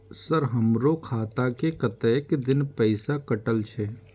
Sir हमारो खाता में कतेक दिन पैसा कटल छे?